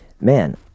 man